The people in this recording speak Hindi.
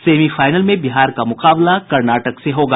सेमीफाइनल में बिहार का मुकाबला कर्नाटक से होगा